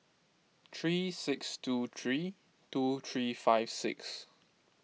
three six two three two three five six